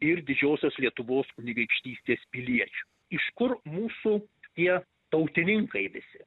ir didžiosios lietuvos kunigaikštystės piliečių iš kur mūsų tie tautininkai visi